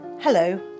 Hello